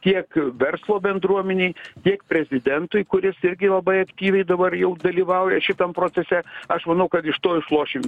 tiek verslo bendruomenei tiek prezidentui kuris irgi labai aktyviai dabar jau dalyvauja šitam procese aš manau kad iš to išlošim